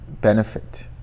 benefit